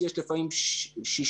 יש לפעמים שישה,